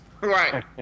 Right